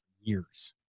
years